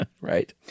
Right